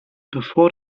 bevor